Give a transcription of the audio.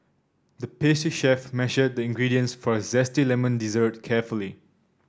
the pastry chef measured the ingredients for a zesty lemon dessert carefully